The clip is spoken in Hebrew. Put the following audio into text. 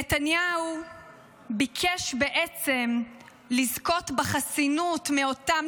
נתניהו ביקש בעצם לזכות בחסינות מאותם